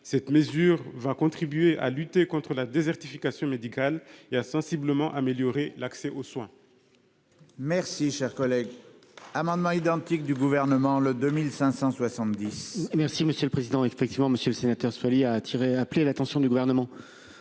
Cette mesure contribuera à lutter contre la désertification médicale et à améliorer sensiblement l'accès aux soins.